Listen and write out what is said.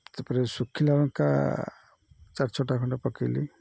ତା'ପରେ ଶୁଖିଲା ଲଙ୍କା ଚାରି ଛଅଟା ଖଣ୍ଡେ ପକାଇଲି